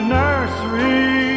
nursery